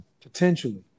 potentially